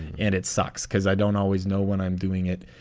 and it sucks because i don't always know when i'm doing it.